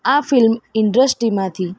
આ ફિલ્મ ઇન્ડસ્ટ્રીમાંથી